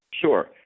Sure